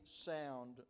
sound